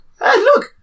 look